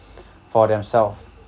for themselves